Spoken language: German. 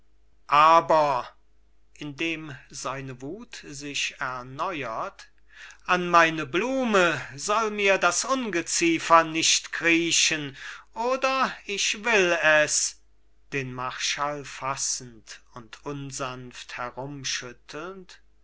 erneuert an meine blume soll mir das ungeziefer nicht kriechen oder ich will es